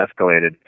escalated